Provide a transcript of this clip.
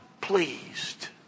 pleased